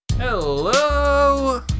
Hello